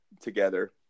together